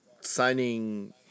signing